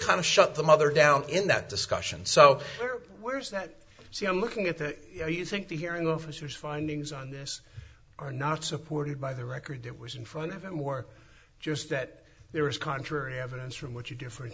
of shut them other down in that discussion so where's that see i'm looking at the you know you think the hearing officers findings on this are not supported by the record it was in front of him or just that there is contrary evidence from what you different